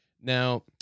Now